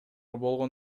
болгон